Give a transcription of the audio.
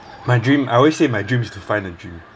my dream I always say my dream is to find a dream